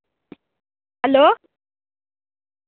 hello